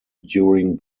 during